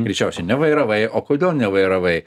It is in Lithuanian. greičiausiai nevairavai o kodėl nevairavai